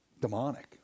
demonic